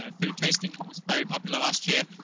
ah food tasting was very popular last year,